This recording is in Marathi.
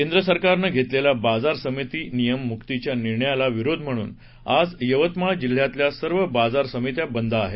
केंद्र सरकारनं घेतलेल्या बाजार समिती नियमनमुक्तीच्या निर्णयाला विरोध म्हणून आज यवतमाळ जिल्ह्यातल्या सर्व बाजार समित्या बंद आहेत